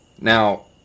Now